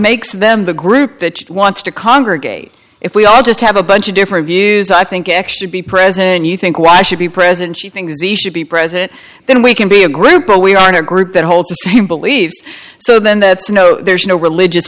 makes them the group that wants to congregate if we all just have a bunch of differing views i think actually be present and you think why should be present she thinks should be president then we can be a group or we are not a group that holds the same beliefs so then that's no there's no religious